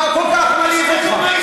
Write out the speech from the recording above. אז תן דוגמה אישית.